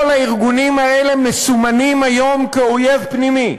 כל הארגונים האלה מסומנים היום כאויב פנימי,